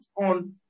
on